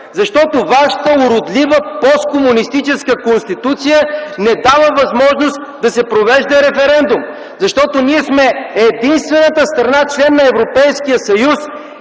Защото вашата уродлива посткомунистическа Конституция не дава възможност да се провежда референдум! Защото ние сме единствената страна – член на Европейския съюз,